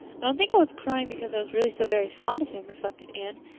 i don't think i was crying because i was really so very fond of him, reflected anne.